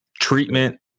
treatment